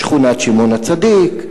בשכונת שמעון-הצדיק,